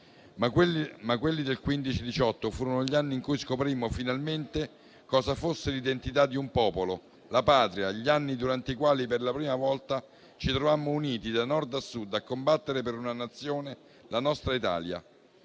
ma quelli del 1915-18 furono gli anni in cui scoprimmo finalmente cosa fosse l'identità di un popolo, la patria, gli anni durante i quali per la prima volta ci trovammo uniti, da Nord a Sud, a combattere per una Nazione, la nostra Italia.